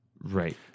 Right